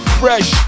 fresh